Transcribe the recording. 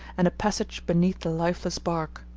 and a passage beneath the lifeless bark.